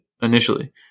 initially